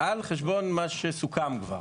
על חשבון מה שסוכם כבר.